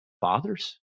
fathers